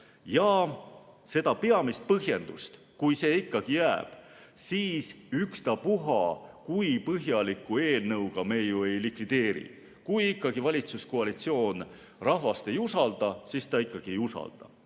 Seda peamist põhjendust, kui see ikkagi jääb, me ükstapuha kui põhjaliku eelnõuga ei likvideeri. Kui valitsuskoalitsioon rahvast ei usalda, siis ta ikkagi ei usalda.